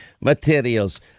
materials